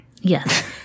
Yes